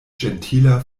ĝentila